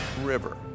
River